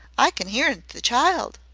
i can ear the child.